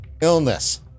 illness